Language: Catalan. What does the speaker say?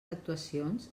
actuacions